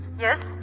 Yes